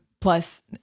Plus